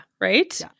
right